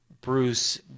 Bruce